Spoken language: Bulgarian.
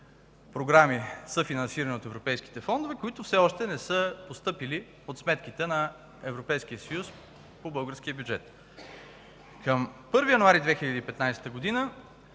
програми, съфинансирани от европейските фондове, които все още не са постъпили по сметките на Европейския съюз по българския бюджет. Към 1 януари 2015 г.